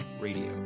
Radio